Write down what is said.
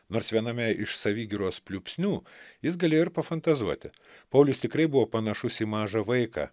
nors viename iš savigyros pliūpsnių jis galėjo ir pafantazuoti paulius tikrai buvo panašus į mažą vaiką